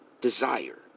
Desire